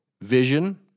Vision